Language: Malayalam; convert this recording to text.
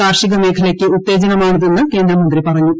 കാർഷിക മേഖലയ്ക്ക് ഉത്തേജനമാണിതെന്ന് കേന്ദ്രമന്ത്രി പറഞ്ഞു